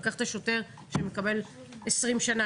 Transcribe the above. ולקחת שוטר שעובד 20 שנה,